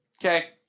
Okay